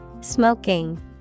Smoking